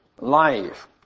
life